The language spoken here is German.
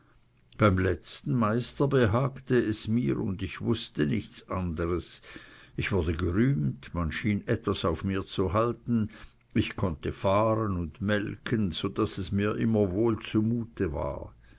beim letzten meister behagte es mir und ich wußte nichts anderes ich wurde gerühmt man schien etwas auf mir zu halten ich konnte fahren und melken so daß es mir wohl zu mute war